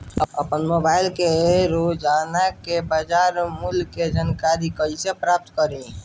आपन मोबाइल रोजना के बाजार मुल्य के जानकारी कइसे प्राप्त करी?